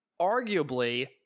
arguably